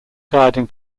guiding